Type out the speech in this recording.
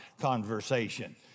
conversation